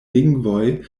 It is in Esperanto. lingvoj